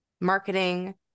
marketing